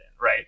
right